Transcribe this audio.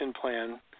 plan